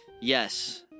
Yes